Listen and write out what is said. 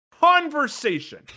conversation